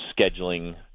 scheduling